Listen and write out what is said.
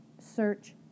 search